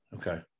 Okay